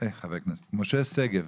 משה שגב,